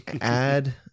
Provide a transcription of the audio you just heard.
Add